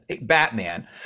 Batman